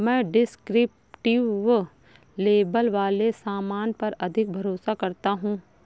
मैं descriptive label वाले सामान पर अधिक भरोसा करता हूं